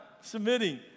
submitting